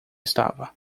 estava